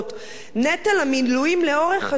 נטל המילואים לאורך השנים,